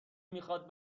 میخواد